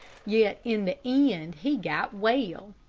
yet in the end he got well.